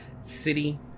city